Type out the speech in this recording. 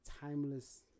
timeless